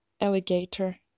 Alligator